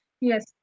Yes